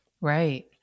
Right